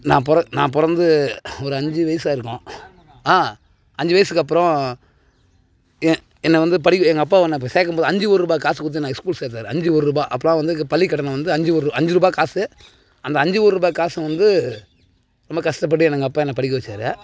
நான் பொற நான் பிறந்து ஒரு அஞ்சு வயசா இருக்கும் அஞ்சு வயசுக்கு அப்புறம் என் என்னை வந்து படிக்க எங்கள் அப்பா என்னை அப்போ சேர்க்கும் போது அஞ்சு ஒருபா காசு கொடுத்து என்னை இஸ்கூல் சேர்த்தாரு அஞ்சு ஒருபா அப்போதுலாம் வந்து பள்ளி கட்டணம் வந்து அஞ்சு ஒரு அஞ்சுருபா காசு அந்த அஞ்சு ஒருபா காசும் வந்து ரொம்ப கஷ்டப்பட்டு எங்கள் அப்பா என்னை படிக்க வெச்சாரு